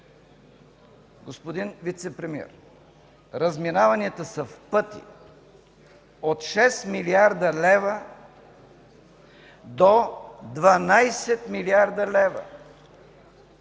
Господин вицепремиер, разминаванията са в пъти – от 6 млрд. лв. до 12 млрд. лв.!